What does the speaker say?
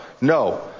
No